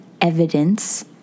evidence